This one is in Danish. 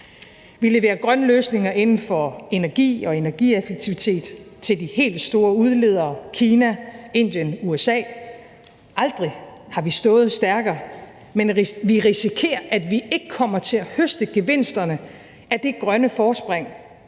Vi leverer grønne løsninger inden for energi og energieffektivitet til de helt store udledere Kina, Indien, USA, og aldrig har vi stået stærkere, men vi risikerer, at vi ikke kommer til at høste gevinsterne af det grønne forspring,